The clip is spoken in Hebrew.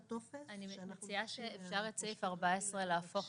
אפשר את סעיף 14 להפוך